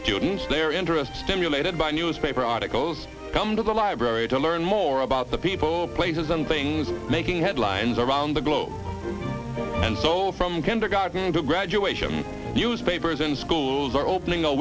students their interest stimulated by newspaper articles come to the library to learn more about the people places and things making headlines around the globe and so from kindergarten to graduation news papers and schools are opening a